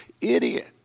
idiot